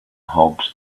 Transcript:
hobs